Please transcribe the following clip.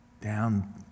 down